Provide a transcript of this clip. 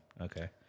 Okay